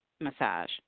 massage